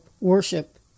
worship